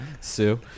Sue